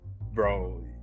bro